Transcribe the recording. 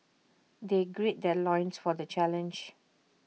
they gird their loins for the challenge